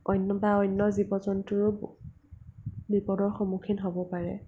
অন্য বা অন্য জীৱ জন্তুও বিপদৰ সন্মুখীন হ'ব পাৰে